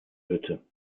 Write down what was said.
hütte